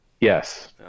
Yes